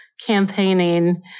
campaigning